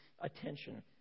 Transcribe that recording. attention